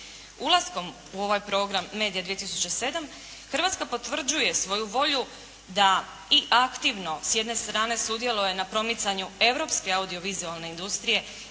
Ulaskom u ovaj Program MEDIA 2007. Hrvatska potvrđuje svoju volju da i aktivno s jedne strane sudjeluje na promicanju europske audio vizualne industrije